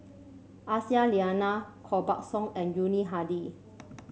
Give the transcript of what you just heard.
Aisyah Lyana Koh Buck Song and Yuni Hadi